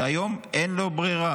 שהיום אין לו ברירה,